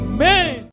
Amen